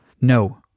No